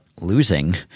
losing